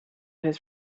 his